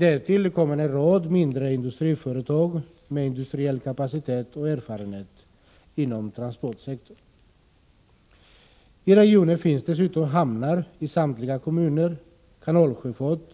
Därtill kommer en rad mindre industriföretag med industriell kapacitet och erfarenhet inom transportsektorn. I regionen finns dessutom hamnar i samtliga kommuner, kanalsjöfart,